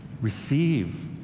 receive